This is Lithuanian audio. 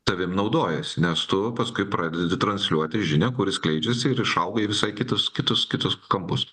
tavim naudojasi nes tu paskui pradedi transliuoti žinią kuri skleidžiasi ir išauga į visai kitus kitus kitus kampus